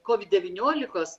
kovid devyniolikos